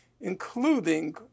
including